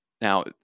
Now